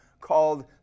called